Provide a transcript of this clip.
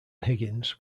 higgins